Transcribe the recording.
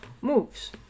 moves